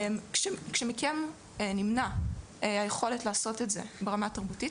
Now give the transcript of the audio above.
כשמכם נמנעת היכולת לעשות את זה ברמה התרבותית